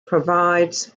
provides